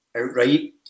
outright